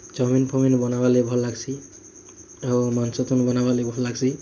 chowmein ଫାଓମିନ୍ ବନାବାର୍ ଲାଗି ଭଲ ଲାଗ୍ସି ଆଉ ମାଂସ ତୁନ ବନାବାର୍ ଲାଗି ଭଲ ଲାଗ୍ସି